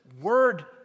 word